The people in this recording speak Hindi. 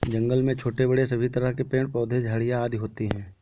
जंगल में छोटे बड़े सभी तरह के पेड़ पौधे झाड़ियां आदि होती हैं